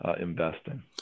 investing